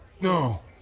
No